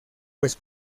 pues